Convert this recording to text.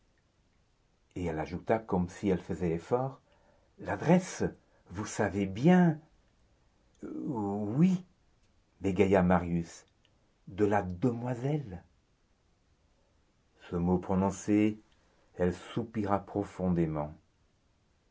demandée elle ajouta comme si elle faisait effort l'adresse vous savez bien oui bégaya marius de la demoiselle ce mot prononcé elle soupira profondément